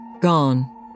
gone